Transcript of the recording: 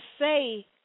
say